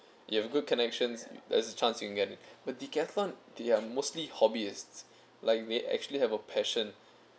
you have a good connections there's a chance you can get it but Decathlon they are mostly hobbyists like they actually have a passion